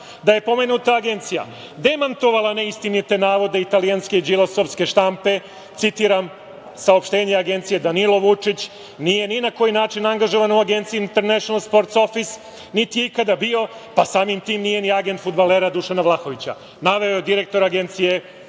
da je pomenuta agencija demantovala neistinite navode italijanske, Đilasovske štampe, citiram saopštenje agencije – Danilo Vučić nije ni na koji način angažovan u agenciji „International Sports Office“ niti je ikada bio, pa samim tim nije ni agent fudbalera Dušana Vlahovića. Naveo je direktor agencije,